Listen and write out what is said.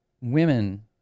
women